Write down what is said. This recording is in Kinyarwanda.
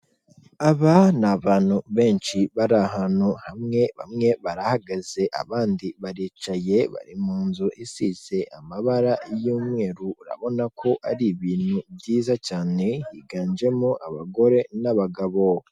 Aba ni abantu benshi bari ahantu hamwe, bamwe barahagaze, abandi baricaye, bari mu nzu isize amabara y'umweru, urabona ko ari ibintu byiza cyane, higanjemo abagore n'abagabo.